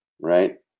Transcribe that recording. right